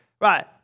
Right